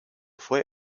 fue